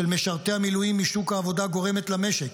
משרתי המילואים משוק העבודה גורמת למשק,